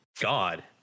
god